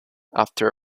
after